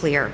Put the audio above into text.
clear